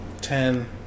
ten